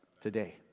today